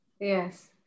yes